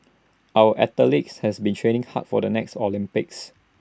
our athletes has been training hard for the next Olympics